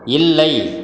இல்லை